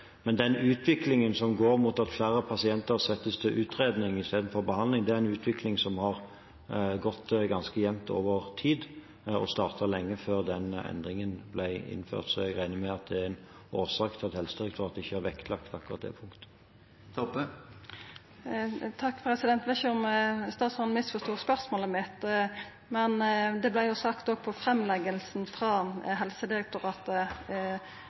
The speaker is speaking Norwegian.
Men den utviklingen som går mot at flere pasienter settes til utredning istedenfor til behandling, er en utvikling som har gått ganske jevnt over tid, og som startet lenge før den endringen ble innført. Jeg regner med at det er en årsak til at Helsedirektoratet ikke har vektlagt akkurat det punktet. Eg veit ikkje om statsråden misforstod spørsmålet mitt, men det vart òg sagt da Helsedirektoratet la fram rapporten, at ein ikkje hadde bedt dei om å sjå på